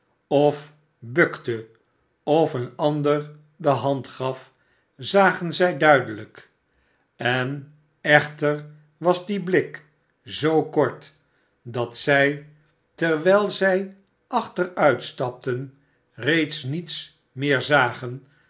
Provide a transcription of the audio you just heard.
of bukte of een ander de hand gaf zagen zij duidelijk en echter was die blik zoo kort dat zij terwijl zij achteruitstapten reeds niets meer zagen